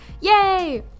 Yay